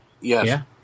Yes